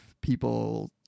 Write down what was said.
people